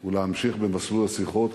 הוא להמשיך במסלול השיחות,